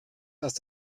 dass